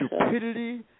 stupidity